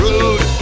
Rude